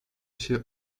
się